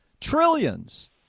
trillions